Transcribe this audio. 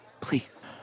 please